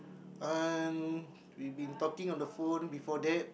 uh we been talking on the phone before that